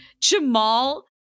Jamal